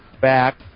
back